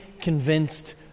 convinced